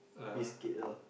biscuit loh